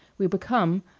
we become,